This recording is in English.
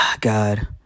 God